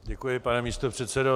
Děkuji, pane místopředsedo.